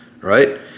right